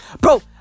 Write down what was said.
bro